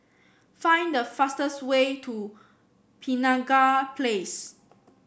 find the fastest way to Penaga Place